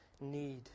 need